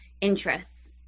interests